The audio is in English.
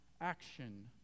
action